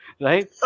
right